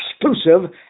exclusive